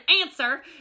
answer